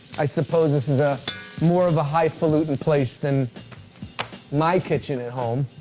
i suppose this is ah more of a highfalutin place than my kitchen at home,